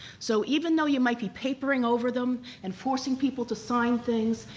so even though you might be papering over them and forcing people to sign things,